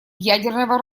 ядерного